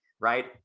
right